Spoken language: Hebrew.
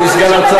אדוני סגן השר,